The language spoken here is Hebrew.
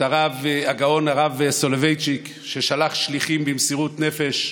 הגאון הרב סולובייצ'יק ששלח שליחים במסירות נפש.